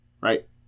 right